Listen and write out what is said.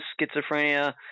schizophrenia